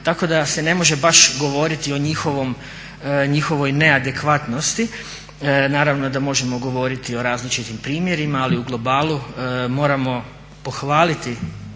Tako da se ne može baš govoriti o njihovoj neadekvatnosti. Naravno da možemo govoriti o različitim primjerima ali u globalu moramo pohvaliti